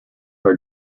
are